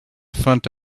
front